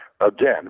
again